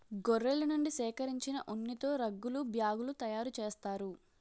గొర్రెల నుండి సేకరించిన ఉన్నితో రగ్గులు బ్యాగులు తయారు చేస్తారు